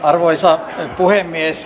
arvoisa puhemies